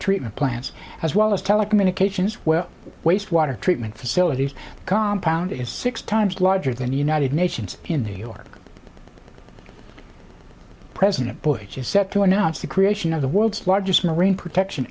treatment plants as well as telecommunications where waste water treatment facilities compound is six times larger than the united nations in new york president bush is set to announce the creation of the world's largest marine protection